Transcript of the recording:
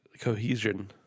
cohesion